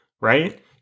right